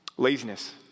laziness